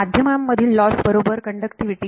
माध्यमांमधील loss बरोबर conductivity